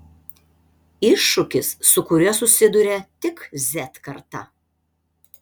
iššūkis su kuriuo susiduria tik z karta